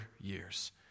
years